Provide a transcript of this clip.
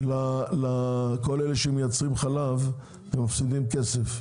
לכל אלה שמייצרים חלב ומפסידים כסף,